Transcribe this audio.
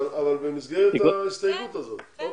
אבל במסגרת ההסתייגות הזאת.